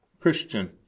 Christian